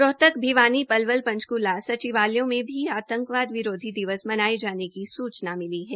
रोहतक भिवानी पलवल पंचकूला सचिवालयों में भी आंतकवाद विरोधी दिवस मनाये जाने की सूचना मिली है